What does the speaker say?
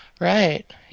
Right